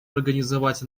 организовать